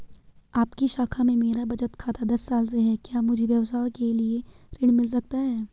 आपकी शाखा में मेरा बचत खाता दस साल से है क्या मुझे व्यवसाय के लिए ऋण मिल सकता है?